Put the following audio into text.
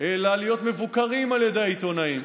אלא להיות מבוקרים על ידי העיתונאים.